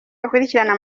akurikirana